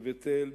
בבית-אל,